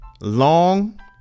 long